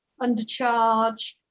undercharge